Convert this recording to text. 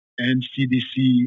NCDC